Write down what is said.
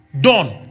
Done